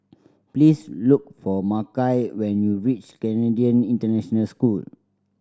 please look for Makai when you reach Canadian International School